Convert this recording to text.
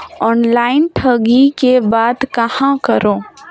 Online ठगी के बाद कहां करों?